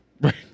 Right